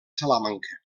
salamanca